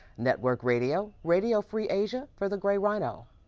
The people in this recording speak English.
network radio radio free asia for the gray rhino,